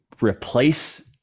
replace